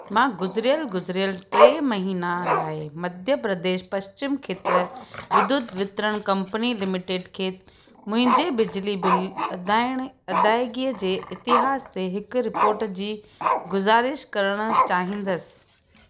मां गुज़िरियल गुज़िरियल टे महीना लाइ मध्य प्रदेश पश्चिम खेत्र विद्युत वितरण कंपनी लिमिटेड खे मुंहिंजे बिजली बिल अदायण अदायगी जे इतिहास ते हिक रिपोर्ट जी गुज़ारिश करणु चाहींदसि